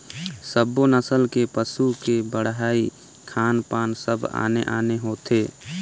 सब्बो नसल के पसू के बड़हई, खान पान सब आने आने होथे